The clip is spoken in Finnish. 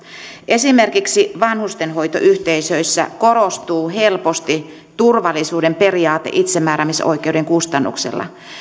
esimerkiksi vanhustenhoitoyhteisöissä korostuu helposti turvallisuuden periaate itsemääräämisoikeuden kustannuksella